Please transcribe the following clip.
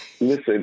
Listen